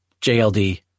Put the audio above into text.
JLD